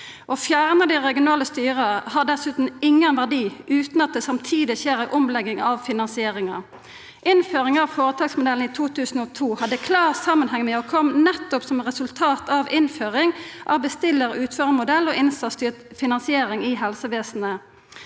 Å fjerna dei regionale styra har dessutan ingen verdi utan at det samtidig skjer ei omlegging av finansieringa. Innføring av føretaksmodellen i 2002 hadde klar samanheng med og kom nettopp som resultat av innføring av bestillar–utførar-modellen og innsatsstyrt finansiering i helsevesenet.